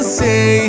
say